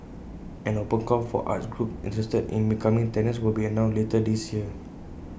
an open call for arts groups interested in becoming tenants will be announced later this year